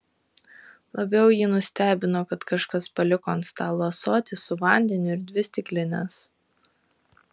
labiau jį nustebino kad kažkas paliko ant stalo ąsotį su vandeniu ir dvi stiklines